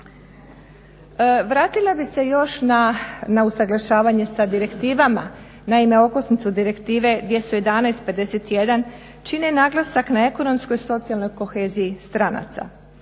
Vratila bih se još na usuglašavanje sa direktivama, naime okosnicu Direktive 211/51 čine naglasak na ekonomskoj, socijalnoj koheziji stranaca.